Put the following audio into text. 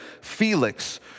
Felix